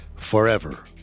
forever